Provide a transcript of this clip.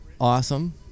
awesome